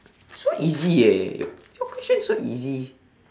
so easy eh your question so easy